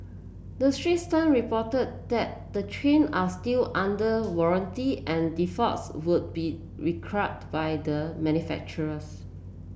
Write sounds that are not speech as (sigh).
the Straits Time reported that the train are still under warranty and defaults would be (unintelligible) by the manufacturers